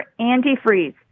antifreeze